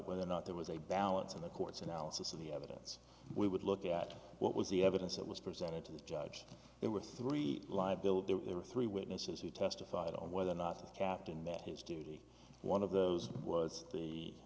whether or not there was a balance in the court's analysis of the evidence we would look at what was the evidence that was presented to the judge there were three live bill there were three witnesses who testified on whether or not the captain that his duty one of those was the